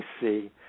see